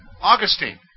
Augustine